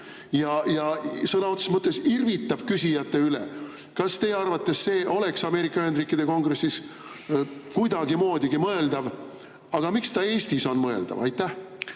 ja sõna otseses mõttes irvitab küsijate üle? Kas teie arvates see oleks Ameerika Ühendriikide Kongressis kuidagimoodigi mõeldav? Ja miks see Eestis on mõeldav? Ma